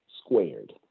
squared